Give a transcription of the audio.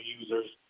users